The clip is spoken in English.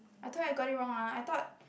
I thought you got it wrong ah I thought